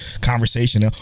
conversation